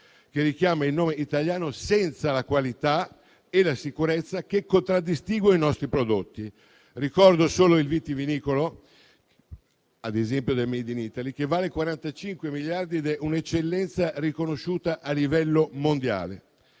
che richiama il nome italiano, senza la qualità e la sicurezza che contraddistinguono i nostri prodotti. Ricordo solo il vitivinicolo, come esempio del *made in Italy*, che vale 45 miliardi ed è un'eccellenza riconosciuta a livello mondiale.